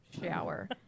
shower